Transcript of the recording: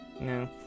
no